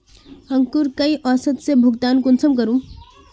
अंकूर कई औसत से भुगतान कुंसम करूम?